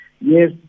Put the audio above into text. yes